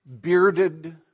bearded